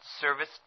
service